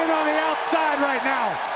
outside right now.